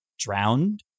drowned